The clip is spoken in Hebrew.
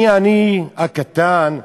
מי אני, הקטן,